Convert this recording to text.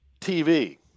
TV